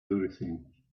everything